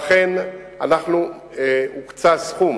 אכן הוקצה סכום